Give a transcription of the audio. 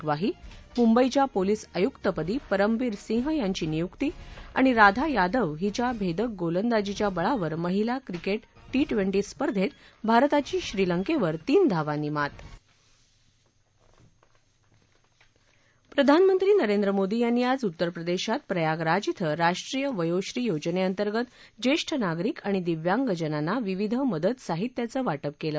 ग्वाही मुंबईच्या पोलीस आयुक्तपदी परमवीर सिंह यांची नियुक्ती राधा यादव हिच्या भेदक गोलंदाजीच्या बळावर महिला क्रिकेट टी टवेंटी स्पर्धेत भारताची श्रीलंकेवर तीन धावांनी मात प्रधानमंत्री नरेंद्र मोदी यांनी आज उत्तरप्रदेशात प्रयागराज श्वं राष्ट्रीय वयोश्री योजनेअंतर्गत ज्येष्ठ नागरिक आणि दिव्यांगजनांना विविध मदत साहित्याचं वाटप केलं